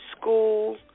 school